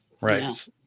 Right